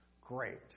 Great